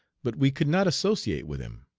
but we could not associate with him.